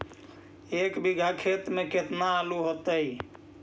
एक बिघा खेत में केतना आलू होतई?